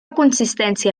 consistència